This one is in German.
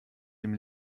dem